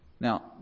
Now